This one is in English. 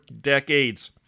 decades